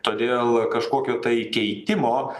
todėl kažkokio tai keitimo